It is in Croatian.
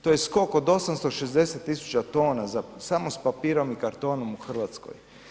To je skok od 860 000 tona, samo sa papirom i kartonom u Hrvatskoj.